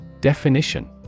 Definition